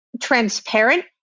transparent